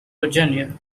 virginia